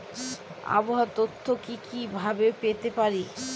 আবহাওয়ার তথ্য কি কি ভাবে পেতে পারি?